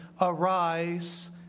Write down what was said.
Arise